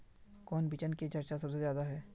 कौन बिचन के चर्चा सबसे ज्यादा है?